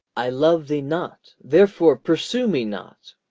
i love thee not, therefore pursue me not.